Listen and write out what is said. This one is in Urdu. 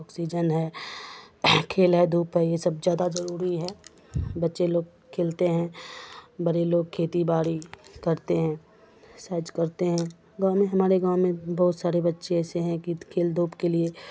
اوکسیجن ہے کھیل ہے دھوپ ہے یہ سب زیادہ ضروری ہے بچے لوگ کھیلتے ہیں بڑے لوگ کھیتی باڑی کرتے ہیں سائج کرتے ہیں گاؤں میں ہمارے گاؤں میں بہت سارے بچے ایسے ہیں کہ کھیل دھوپ کے لیے